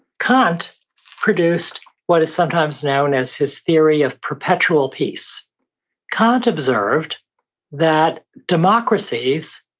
kant produced what is sometimes known as his theory of perpetual peace kant observed that democracies